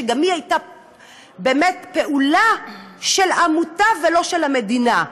שגם היא הייתה פעולה של עמותה ולא של המדינה.